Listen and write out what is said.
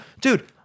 dude